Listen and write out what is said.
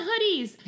hoodies